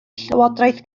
llywodraeth